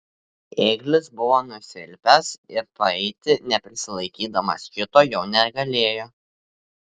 ėglis buvo nusilpęs ir paeiti neprisilaikydamas kito jau negalėjo